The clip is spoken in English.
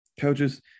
coaches